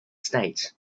state